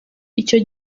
icyo